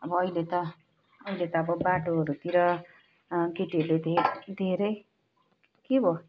अब अहिले त अहिले त अब बाटोहरूतिर केटीहरूले धे धेरै के भो